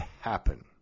happen